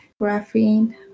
graphene